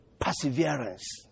Perseverance